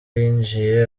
yinjiye